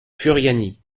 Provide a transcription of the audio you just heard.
furiani